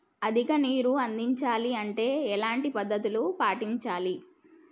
అధిక నీరు అందించాలి అంటే ఎలాంటి పద్ధతులు పాటించాలి?